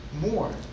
more